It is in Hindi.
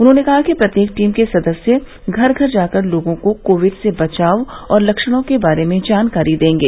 उन्होंने कहा कि प्रत्येक टीम के सदस्य घर घर जाकर लोगों को कोविड से बचाव और लक्षणों के बारे में जानकारी देंगे